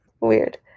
Weird